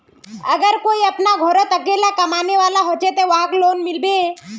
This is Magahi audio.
अगर कोई अपना घोरोत अकेला कमाने वाला होचे ते वहाक लोन मिलबे?